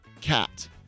cat